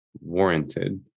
warranted